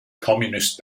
communist